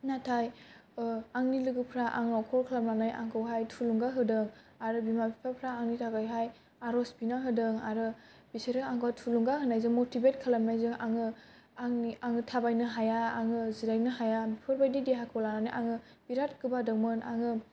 नाथाय आंनि लोगोफोरा आंनाव कल खालामनानै आंखौहाय थुलुंगा होदों आरो बिमा बिफाफ्रा आंनि थाखाय हाय आर'ज बिना होदों आरो बिसोरो आंखौ थुलुंगा होनायजों मटिबेट खालामनाय जों आङो आंनि आं थाबायनो हाया आङोजिरायनो हाया बेफोरबादि देहाखौ लानानै आङो बिराथ गोबादोंमोन आङो